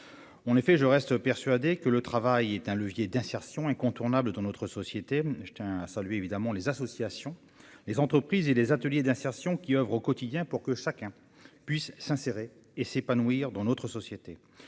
on est fait, je reste persuadé que le travail est un levier d'insertion incontournable dans notre société, je tiens à saluer, évidemment, les associations, les entreprises et les ateliers d'insertion qui oeuvre au quotidien pour que chacun puisse s'insérer et s'épanouir dans notre société